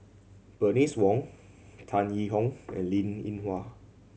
Bernice Wong Tan Yee Hong and Linn In Hua